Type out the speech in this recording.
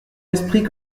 esprit